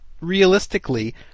realistically